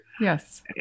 Yes